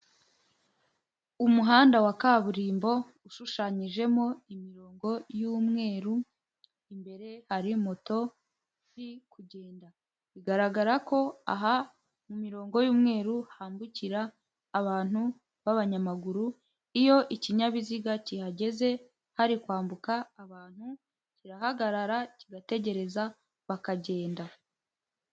Umuhanda wa kaburimbo ushushanyijemo imirongo y'umweru, imbere hari moto iri kugenda, bigaragara ko aha mu mirongo y'umweru hambukira abantu b'abanyamaguru, iyo ikinyabiziga kihageze hari kwambuka abantu kirahagarara kigategereza bakagenda.